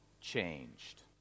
changed